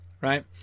right